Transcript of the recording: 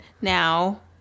now